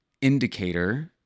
indicator